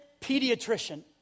pediatrician